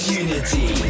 unity